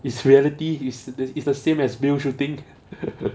is reality is the is the same as real shooting